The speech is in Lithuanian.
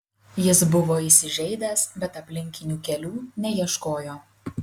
jis buvo įsižeidęs bet aplinkinių kelių neieškojo